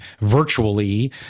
virtually